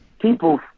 people